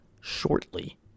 shortly